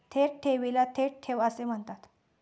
थेट ठेवीला थेट ठेव असे म्हणतात